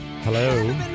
Hello